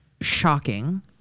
shocking